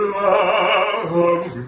love